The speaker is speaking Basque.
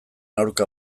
aurka